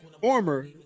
former